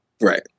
Right